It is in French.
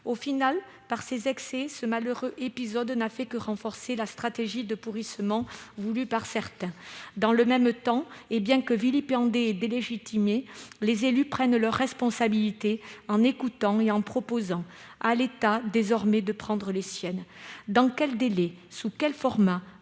définitive, par ses excès, ce malheureux épisode n'a fait que renforcer la stratégie de pourrissement voulue par certains. « Dans le même temps, et bien que vilipendés et délégitimés, les élus prennent leurs responsabilités en écoutant et en proposant. À l'État désormais de prendre les siennes. « Monsieur le ministre, dans